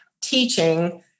teaching